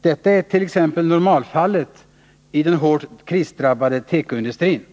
Detta är t.ex. normalfallet i den hårt krisdrabbade tekoindustrin.